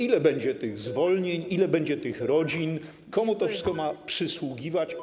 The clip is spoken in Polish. Ile będzie tych zwolnień, ile będzie tych rodzin, komu to wszystko ma przysługiwać?